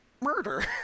murder